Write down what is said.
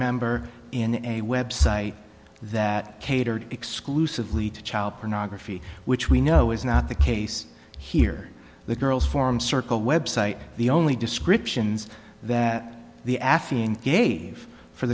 member in a website that catered exclusively to child pornography which we know is not the case here the girls form circle website the only descriptions that the